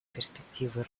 перспективы